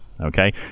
okay